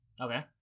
Okay